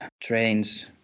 trains